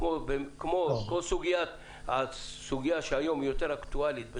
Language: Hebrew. כמו הסוגיה שהיא יותר אקטואלית היום